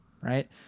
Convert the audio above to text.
right